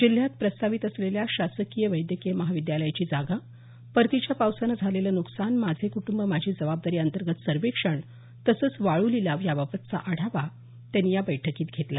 जिल्ह्यात प्रस्तावित असलेल्या शासकीय वैद्यकीय महाविद्यालयाची जागा परतीच्या पावसान झालेलं नुकसान माझे कुटुंब माझी जबाबदारी अंतर्गत सर्वेक्षण तसंच वाळू लिलाव याबाबतचाही आढावा त्यांनी या बैठकीत घेतला